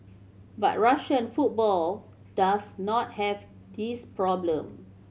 but Russian football does not have this problem